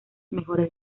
mejores